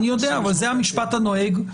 אבל זה המשפט הנוהג.